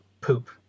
poop